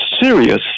serious